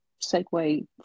segue